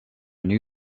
new